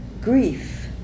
grief